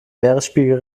meeresspiegel